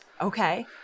Okay